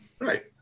Right